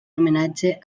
homenatge